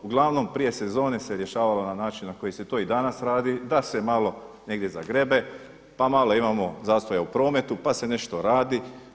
Uglavnom prije sezone se rješavalo na način na koji se to i danas radi da se malo negdje zagrebe, pa malo imamo zastoja u prometu pa se nešto radi.